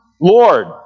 Lord